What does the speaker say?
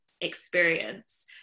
experience